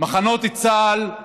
במחנות צה"ל,